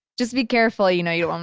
just be careful. you know you um